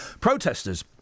Protesters